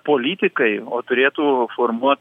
politikai o turėtų formuot